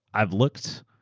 aiave looked.